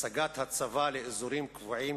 הסגת הצבא לאזורים קבועים,